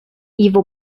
его